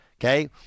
Okay